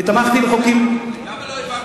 אתה לא היית